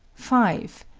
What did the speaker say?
five.